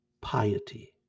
Piety